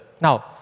Now